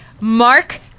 Mark